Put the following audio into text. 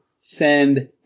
send